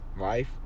Life